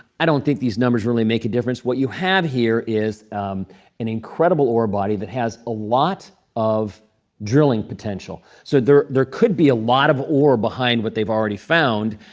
i don't think these numbers really make a difference. what you have here is an incredible ore body that has a lot of drilling potential. so there there could be a lot of ore behind what they've already found.